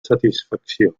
satisfacció